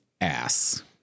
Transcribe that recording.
ass